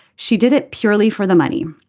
she did it purely for the money.